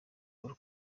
paul